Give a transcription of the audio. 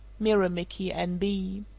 miramichi, n b.